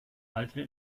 alter